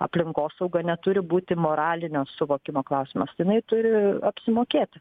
aplinkosauga neturi būti moralinio suvokimo klausimas jinai turi apsimokėti